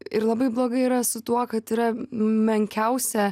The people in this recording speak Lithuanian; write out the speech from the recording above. ir labai blogai yra su tuo kad yra menkiausia